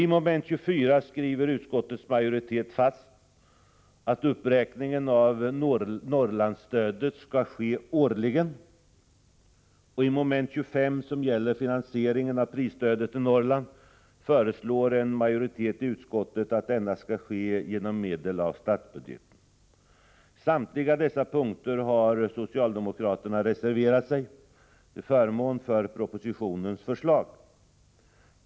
I mom. 24 slår utskottets majoritet fast att uppräkningen av Norrlandsstödet skall ske årligen, och i mom. 25 föreslår en majoritet i utskottet att finansieringen av prisstödet till Norrland skall ske genom medel ur statsbudgeten. På samtliga dessa punkter har socialdemokraterna reserverat sig till förmån för förslagen i propositionen.